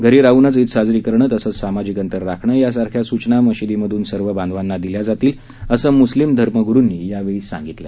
घरी राहनच ईद साजरी करणं तसंच सामाजिक अंतर राखणं यासारख्या सूचना मशिदिमधून सर्व बांधवांना देण्यात येतील असं मृस्लिम धर्मग्रुंनी यावेळी सांगितलं